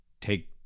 take